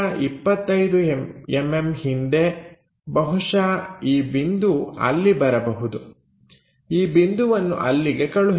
P ಯಿಂದ 25mm ಹಿಂದೆ ಬಹುಶಃ ಈ ಬಿಂದು ಅಲ್ಲಿ ಬರಬಹುದು ಈ ಬಿಂದುವನ್ನು ಅಲ್ಲಿಗೆ ಕಳುಹಿಸಿ